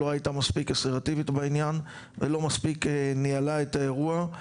לא הייתה מספיק אסרטיבית בעניין ולא מספיק ניהלה את האירוע.